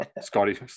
Scotty